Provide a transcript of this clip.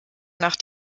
nach